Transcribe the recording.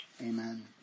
amen